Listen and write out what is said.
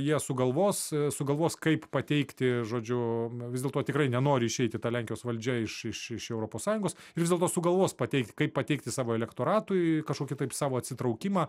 jie sugalvos sugalvos kaip pateikti žodžiu vis dėlto tikrai nenori išeiti ta lenkijos valdžia iš iš europos sąjungos ir vis dėlto sugalvos pateikti kaip pateikti savo elektoratui kažkokį savo atsitraukimą